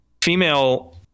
female